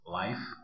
life